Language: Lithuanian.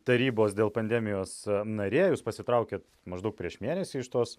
tarybos dėl pandemijos narė jūs pasitraukėt maždaug prieš mėnesį iš tos